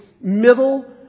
middle